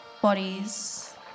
bodies